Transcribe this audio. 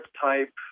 type